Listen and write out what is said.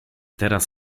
teraz